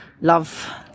love